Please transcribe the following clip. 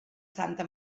santa